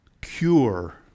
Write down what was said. cure